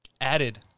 added